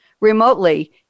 remotely